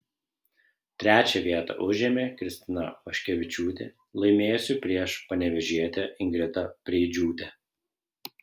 trečią vietą užėmė kristina vaškevičiūtė laimėjusi prieš panevėžietę ingridą preidžiūtę